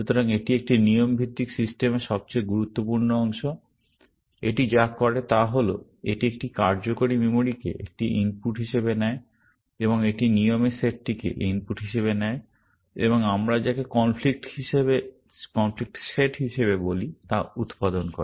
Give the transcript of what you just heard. সুতরাং এটি একটি নিয়ম ভিত্তিক সিস্টেমের সবচেয়ে গুরুত্বপূর্ণ অংশ এটি যা করে তা হল এটি একটি কার্যকরী মেমরিকে একটি ইনপুট হিসাবে নেয় এবং এটি নিয়মের সেটটিকে ইনপুট হিসাবে নেয় এবং আমরা যাকে কনফ্লিক্ট সেট হিসাবে বলি তা উত্পাদন করে